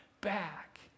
back